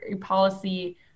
policy